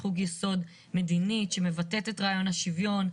זכות יסוד מדינית שמבטאת את רעיון השוויון,